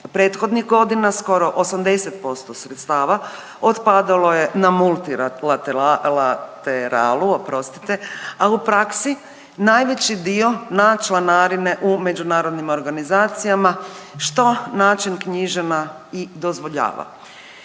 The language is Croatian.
Prethodnih godina skoro 80% sredstava otpadalo je na multilateralu, oprostite a u praksi najveći dio na članarine u međunarodnim organizacijama što način knjiženja i dozvoljava.